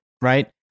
right